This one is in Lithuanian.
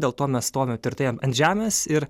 dėl to mes stovim tvirtai ant žemės ir